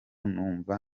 numva